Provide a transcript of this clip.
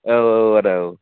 औ औ औ आदा औ